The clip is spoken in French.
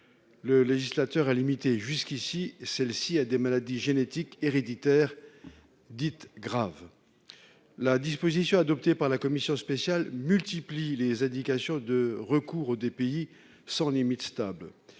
le législateur a limité jusqu'à présent celle-ci à des maladies génétiques héréditaires dites graves. La disposition adoptée par la commission spéciale multiplie les indications de recours au DPI sans limite stable.